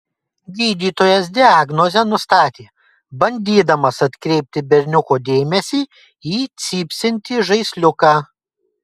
gydytojas diagnozę nustatė bandydamas atkreipti berniuko dėmesį į cypsintį žaisliuką